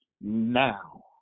now